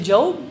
Job